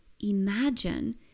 imagine